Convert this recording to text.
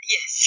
Yes